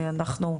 ואנחנו,